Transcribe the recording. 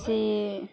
की